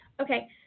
okay